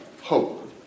Hope